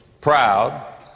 Proud